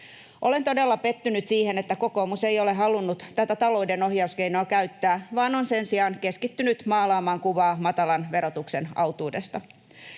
Olen todella pettynyt siihen, että kokoomus ei ole halunnut tätä talouden ohjauskeinoa käyttää, vaan on sen sijaan keskittynyt maalaamaan kuvaa matalan verotuksen autuudesta.